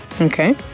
Okay